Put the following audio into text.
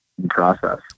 Process